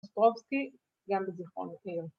‫שפרופסקי, גם בזיכרון היותר.